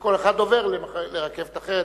וכל אחד עובר לרכבת אחרת.